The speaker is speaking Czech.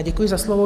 Děkuji za slovo.